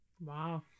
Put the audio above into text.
Wow